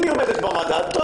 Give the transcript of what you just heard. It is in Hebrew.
אם היא עומדת במדד טוב,